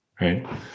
right